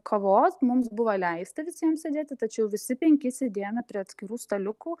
kavos mums buvo leista visiems sėdėti tačiau visi penki sėdėjome prie atskirų staliukų